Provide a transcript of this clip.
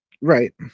Right